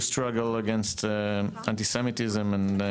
נאבקים בכל מה שקשור לתופעת האנטישמיות וחינוך,